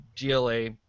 GLA